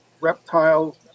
Reptile